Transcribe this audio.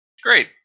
Great